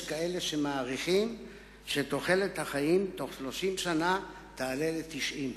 יש כאלה שמעריכים שתוחלת החיים תוך 30 שנה תעלה ל-90.